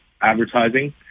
advertising